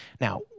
Now